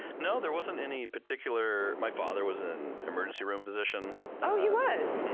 no, there wasn't any particular. my father was an emergency room physician. oh, he was?